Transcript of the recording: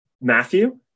Matthew